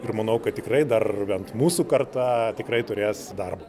ir manau kad tikrai dar bent mūsų karta tikrai turės darbo